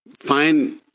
Fine